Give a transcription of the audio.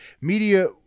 Media